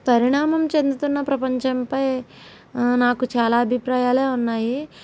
పరిణామం చెందుతున్న ప్రపంచంపై నాకు చాలా అభిప్రాయాలే ఉన్నాయి